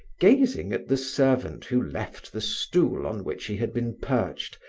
gazing at the servant who left the stool on which he had been perched,